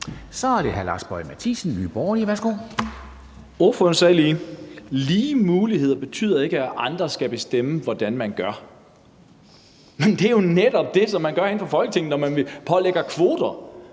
Kl. 11:02 Lars Boje Mathiesen (NB): Ordføreren sagde lige, at lige muligheder ikke betyder, at andre skal bestemme, hvordan man gør. Men det er jo netop det, man gør inde i Folketinget, når man pålægger nogen